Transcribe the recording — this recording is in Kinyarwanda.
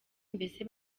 mbese